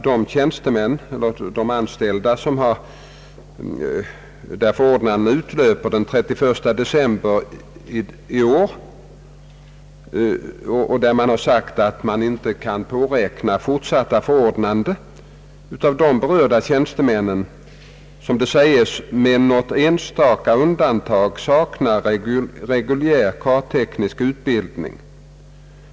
Där sägs att de anställda, vilkas förordnande utlöper den 31 december i år och där man sagt att de inte kan påräkna fortsatt förordnande, med något enstaka undantag saknar reguljär kartteknisk utbildning.